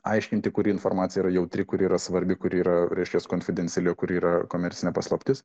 aiškinti kuri informacija yra jautri kuri yra svarbi kuri yra reiškias konfidenciali o kuri yra komercinė paslaptis